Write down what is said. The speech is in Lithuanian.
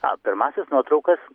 a pirmąsias nuotraukas